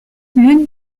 l’une